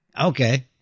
Okay